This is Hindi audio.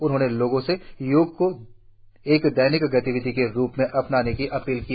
उन्होंने लोगों से योग को एक दैनिक गतिविधि के रूप में अपनाने की अपील की